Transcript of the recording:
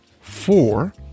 four